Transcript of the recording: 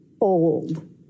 old